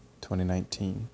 2019